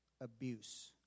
abuse